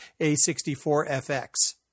A64FX